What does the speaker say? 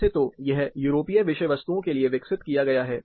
वैसे तो यह यूरोपीय विषय वस्तुओं के लिए विकसित किया गया है